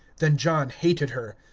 then john hated her.